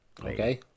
Okay